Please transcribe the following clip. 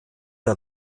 der